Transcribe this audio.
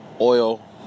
oil